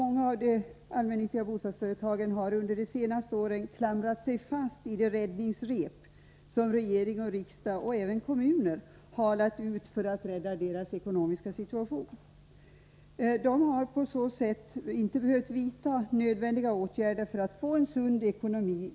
Många av de allmännyttiga företagen har under de senaste åren klamrat sig fast i den räddningslina som regering, riksdag och även kommuner lagt ut för att de skall kunna klara sin ekonomiska situation. Dessa bostadsföretag har därför inte behövt vidta nödvändiga åtgärder för att få en sund ekonomi.